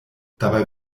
dabei